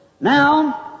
now